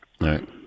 Right